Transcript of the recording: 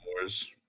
Wars